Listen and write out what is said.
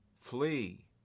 Flee